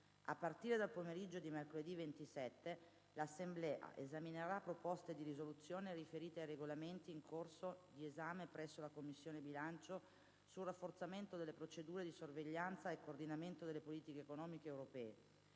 A partire dal pomeriggio di mercoledì 27, 1'Assemblea esaminerà proposte di risoluzione riferite ai Regolamenti in corso di esame presso la Commissione bilancio sul rafforzamento delle procedure di sorveglianza e coordinamento delle politiche economiche europee.